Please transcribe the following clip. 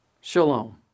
Shalom